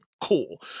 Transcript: Cool